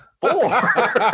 four